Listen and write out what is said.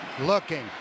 looking